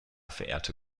verehrte